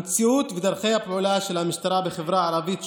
המציאות ודרכי הפעולה של המשטרה בחברה הערבית שונות,